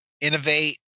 innovate